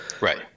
Right